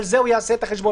על זה הוא יעשה את החשבון,